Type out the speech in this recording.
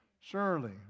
Surely